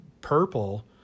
purple